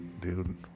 dude